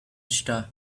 star